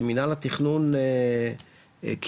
שמנהל התכנון קידם,